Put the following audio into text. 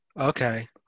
Okay